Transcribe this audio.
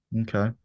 Okay